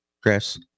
Chris